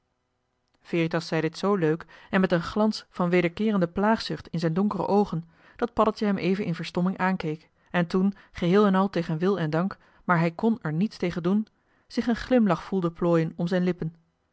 veritas zei dit zoo leuk en met een glans van wederkeerende plaagzucht in zijn donkere oogen dat paddeltje hem even in verstomming aankeek en toen geheel en al tegen wil en dank maar hij kn er niets tegen doen zich een glimlach voelde plooien om zijn lippen